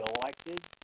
elected